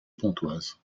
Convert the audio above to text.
pontoise